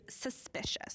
suspicious